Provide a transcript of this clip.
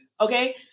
Okay